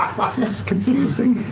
um sam this is confusing.